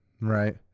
right